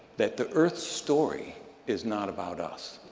that the earth's story is not about us.